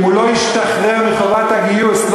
אם הוא לא ישתחרר מחובת הגיוס,